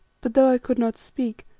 but though i could not speak,